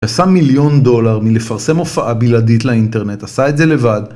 עשה מיליון דולר מלפרסם הופעה בלעדית לאינטרנט, עשה את זה לבד